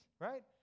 right